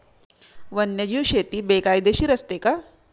वन्यजीव शेती बेकायदेशीर असते का?